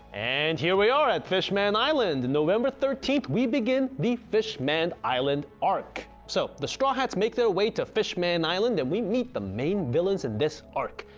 and here we are at fish-man island! and november thirteenth we begin the fish-man island arc. so the straw hats make their way to the fish-man and island and we meet the main villains in this arc,